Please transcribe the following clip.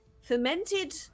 fermented